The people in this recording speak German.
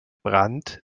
brand